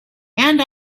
and